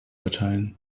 erteilen